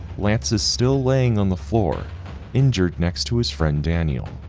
lance is still laying on the floor injured next to his friend danny.